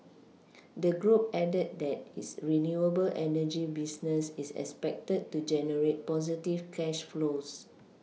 the group added that its renewable energy business is expected to generate positive cash flows